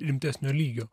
rimtesnio lygio